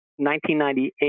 1998